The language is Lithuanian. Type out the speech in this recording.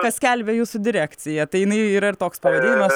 ką skelbia jūsų direkcija tai jinai yra ir toks pavadinimas